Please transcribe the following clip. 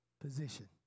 position